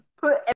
put